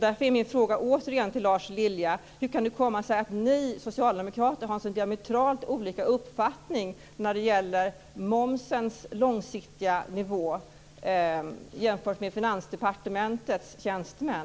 Därför är min fråga återigen till Lars Lilja: Hur kan det komma sig att ni socialdemokrater har så diametralt olika uppfattning när det gäller momsens långsiktiga nivå jämfört med Finansdepartementets tjänstemän?